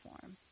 form